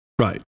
Right